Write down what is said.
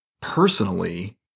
Personally